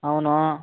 అవును